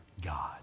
God